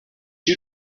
you